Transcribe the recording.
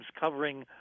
covering